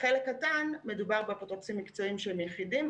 ובחלק קטןמן המקרים מדובר באפוטרופוסים מקצועיים שהם יחידים,